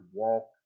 walk